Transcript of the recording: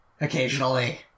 Occasionally